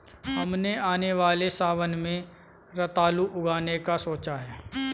हमने आने वाले सावन में रतालू उगाने का सोचा है